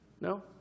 No